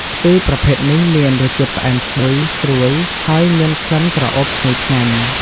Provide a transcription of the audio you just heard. ស្ពឺប្រភេទនេះមានរសជាតិផ្អែមឈ្ងុយ ស្រួយ ហើយមានក្លិនក្រអូបឈ្ងុយឆ្ងាញ់។